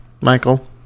Michael